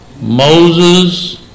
Moses